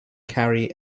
carry